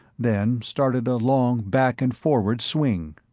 then started a long back-and-forward swing.